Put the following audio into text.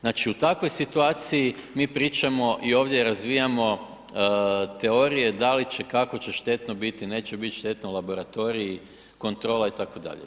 Znači, u takvoj situaciji mi pričamo i ovdje razvijamo teorije da li će, kako će štetno biti, neće bit štetno, laboratoriji kontrola itd.